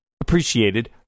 appreciated